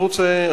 אני רוצה,